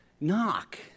Knock